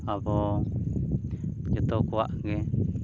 ᱟᱵᱚ ᱡᱚᱛᱚ ᱠᱚᱣᱟᱜ ᱜᱮ